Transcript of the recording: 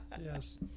yes